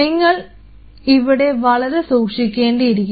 നിങ്ങൾ ഇവിടെ വളരെ സൂക്ഷിക്കേണ്ടിയിരിക്കുന്നു